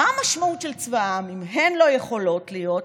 מה המשמעות של צבא העם אם הן לא יכולות להיות,